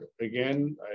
again